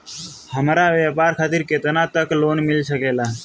हमरा व्यापार खातिर केतना तक लोन मिल सकेला?